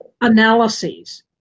analyses